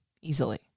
easily